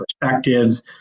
perspectives